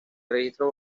registro